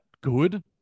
good